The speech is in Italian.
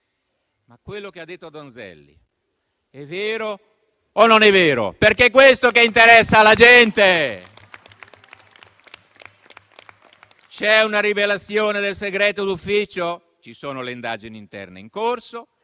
quello che ha detto l'onorevole Donzelli è vero o non è vero? È questo che interessa alla gente. C'è una rivelazione del segreto d'ufficio? Ci sono le indagini interne in corso.